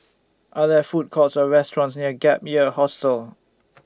Are There Food Courts Or restaurants near Gap Year Hostel